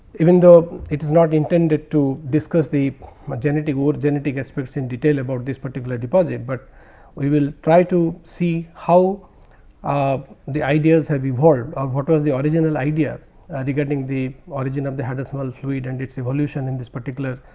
even though it is not intended to discuss the genetic ore genetic aspects in detail about this particular deposit, but we will try to see how ah the ideas have evolved or what was the original idea ah regarding the origin of the hydrothermal fluid and its evolution in this particular